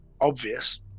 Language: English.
obvious